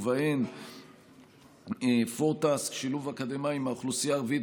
ובהן "פורסטק" שילוב אקדמאים מהאוכלוסייה הערבית